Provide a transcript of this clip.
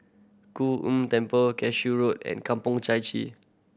Kuan Temple Cashew Road and Kampong Chai Chee